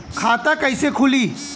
खाता कइसे खुली?